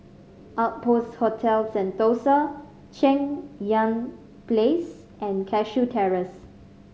Outpost Hotel Sentosa Cheng Yan Place and Cashew Terrace